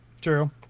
True